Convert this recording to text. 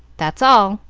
that's all.